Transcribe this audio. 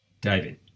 David